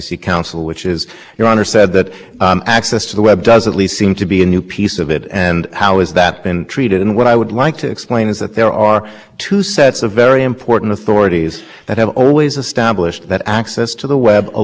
specifically in the direction that web access alone is an information service and the other set of authorities is what congress wrote into the act in section two thirty because in section two thirty congress made it the national policy of the united states that the internet and other